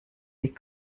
des